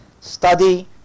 study